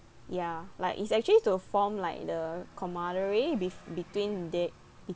ya like it's actually to form like the camaraderie betw~ between they